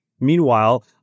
Meanwhile